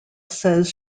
says